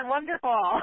Wonderful